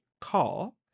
call